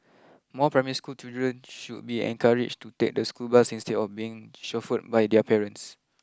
more primary school children should be encouraged to take the school bus instead of being chauffeured by their parents